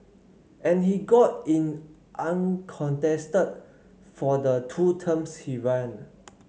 and he got in uncontested for the two terms he ran